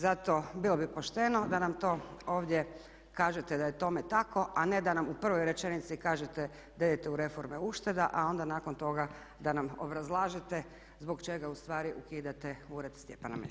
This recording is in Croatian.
Zato bilo bi pošteno da nam to ovdje kažete da je tome tako a ne da nam u prvoj rečenici kažete da idete u reforme ušteda a onda nakon toga da nam obrazlažete zbog čega ustvari ukidate ured Stjepana Mesića.